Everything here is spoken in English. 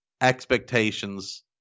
expectations